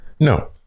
no